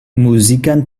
muzikan